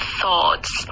thoughts